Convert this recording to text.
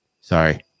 Sorry